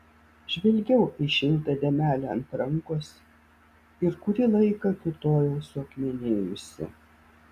žvelgiau į šiltą dėmelę ant rankos ir kurį laiką kiūtojau suakmenėjusi